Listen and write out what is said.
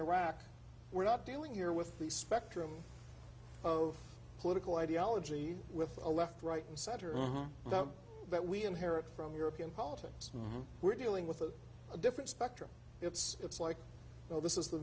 iraq we're not dealing here with the spectrum of political ideology with a left right and center on that but we inherit from european politics we're dealing with a a different spectrum it's it's like oh this is the